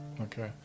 Okay